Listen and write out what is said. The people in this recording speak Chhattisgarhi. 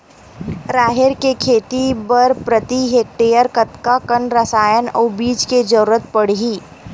राहेर के खेती बर प्रति हेक्टेयर कतका कन रसायन अउ बीज के जरूरत पड़ही?